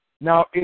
Now